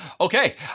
Okay